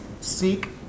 seek